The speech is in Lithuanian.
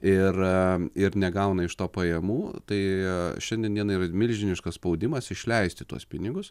ir ir negauna iš to pajamų tai šiandien dienai yra milžiniškas spaudimas išleisti tuos pinigus